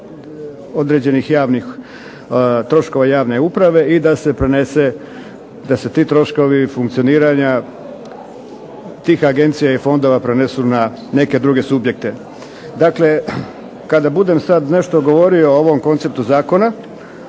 određenih javnih troškova javne uprave i da se prenese, da se ti troškovi funkcioniranja tih agencija i fondova prenesu na neke druge subjekta. Dakle, kada budem sad nešto govorio o ovom konceptu Zakona